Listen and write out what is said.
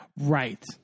Right